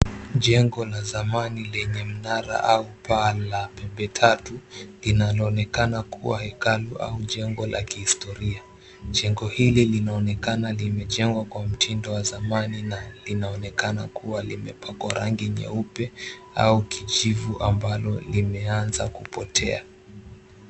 Jengo la zamani lenye mnara au paa la pembe tatu linaloonekana kuwa hekalu au jengo la kihistoria jengo hili, linaonekana limejengwa kwa mtindo wa zamani na linaonekana kuwa limepakwa rangi nyeupe au kijivu ambalo limeanza kupotea.